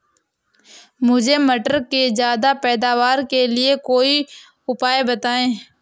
मुझे मटर के ज्यादा पैदावार के लिए कोई उपाय बताए?